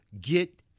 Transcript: get